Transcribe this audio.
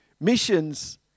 missions